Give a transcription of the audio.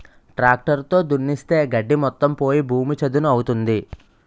tractor తో దున్నిస్తే గడ్డి మొత్తం పోయి భూమి చదును అవుతుంది